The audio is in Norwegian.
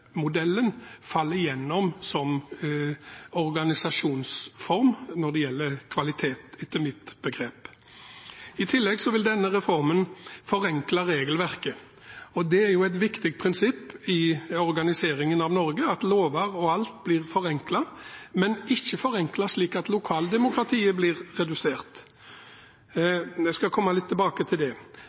som organisasjonsform når det gjelder kvalitet, etter mine begreper. I tillegg vil denne reformen forenkle regelverket, og det er et viktig prinsipp i organiseringen av Norge at lover og alt blir forenklet, men ikke forenklet slik at lokaldemokratiet blir redusert. Jeg skal komme litt tilbake til det.